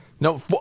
No